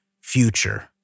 future